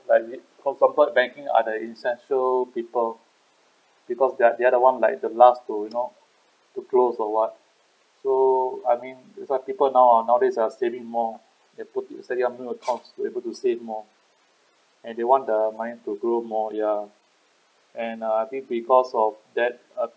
like for example banking are the essential people because they are they are the one like the last to you know to close or what so I mean that's why people now ah nowadays ah saving more they put to saving many account so they are able to save more and they want the money to grow more ya and uh I think because of that uh